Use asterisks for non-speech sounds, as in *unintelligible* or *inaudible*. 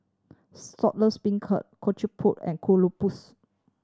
*unintelligible* beancurd kochi *unintelligible* and Kuih Lopes